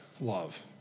love